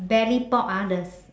belly pork ah the